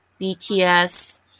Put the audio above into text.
BTS